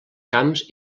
camps